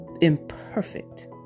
imperfect